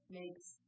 makes